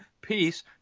peace